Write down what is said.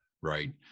right